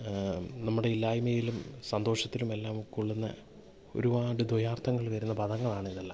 നമ്മുടെ ഇല്ലായ്മയിലും സന്തോഷത്തിലുമെല്ലാം കൊള്ളുന്ന ഒരുപാട് ദ്വയാർത്ഥങ്ങൾ വരുന്ന പദങ്ങളാണിതെല്ലാം